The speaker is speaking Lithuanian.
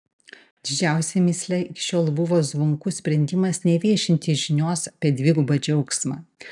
didžiausia mįsle iki šiol buvo zvonkų sprendimas neviešinti žinios apie dvigubą džiaugsmą